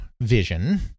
Vision